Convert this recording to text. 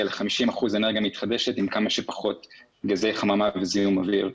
ל-50 אחוזים אנרגיה מתחדשת עם כמה שפחות גזי חממה וזיהום אוויר.